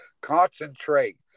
Concentrate